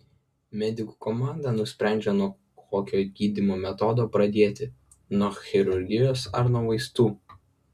medikų komanda nusprendžia nuo kokio gydymo metodo pradėti nuo chirurgijos ar nuo vaistų